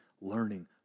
learning